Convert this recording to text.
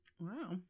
Wow